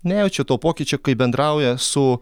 nejaučia to pokyčio kai bendrauja su